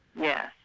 Yes